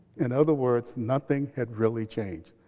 in other words, nothing had really changed